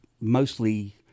Mostly